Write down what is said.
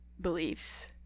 beliefs